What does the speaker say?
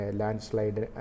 landslide